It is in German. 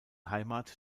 heimat